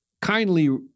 kindly